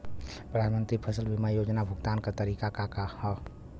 प्रधानमंत्री फसल बीमा योजना क भुगतान क तरीकाका ह?